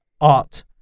art